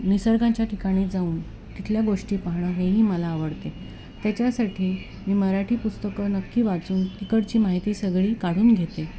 निसर्गांच्या ठिकाणी जाऊन तिथल्या गोष्टी पाहणं हेही मला आवडते त्याच्यासाठी मी मराठी पुस्तकं नक्की वाचून तिकडची माहिती सगळी काढून घेते